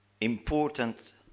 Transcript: important